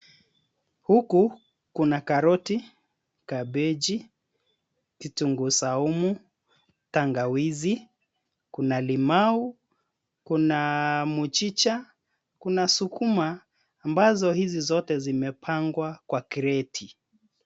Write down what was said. Huku kuna karoti, kabichi, kitunguu saumu, tanga wizi, kuna limau, kuna mchicha, kuna sukuma ambazo hizi zote zimepangwa kwa kreti.